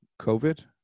COVID